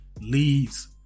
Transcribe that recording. leads